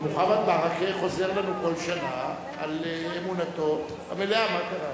ומוחמד ברכה חוזר לנו כל שנה על אמונתו המלאה.